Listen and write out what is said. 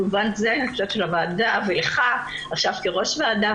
במובן זה אני חושבת שלוועדה ולך עכשיו כראש הוועדה,